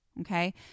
Okay